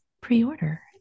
pre-order